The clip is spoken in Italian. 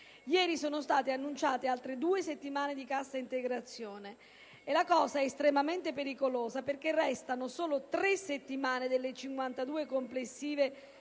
Ieri sono state annunciate altre due settimane di cassa integrazione, e ciò è estremamente pericoloso, perché restano solo tre settimane, delle 52 complessive,